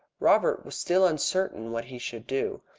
robert was still uncertain what he should do,